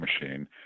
machine